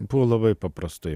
buvo labai paprastai